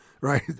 right